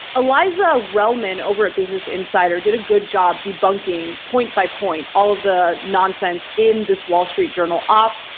eliza relman over at business insider, did a good job debunking point by point all of the nonsense in this wall street journal op.